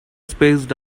spaced